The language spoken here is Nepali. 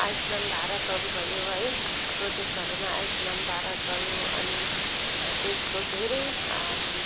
आयुष्मान भारतहरू भयो है प्रोजेक्टहरूमा आयुष्मान भारत भयो अनि त्यस्तो धेरै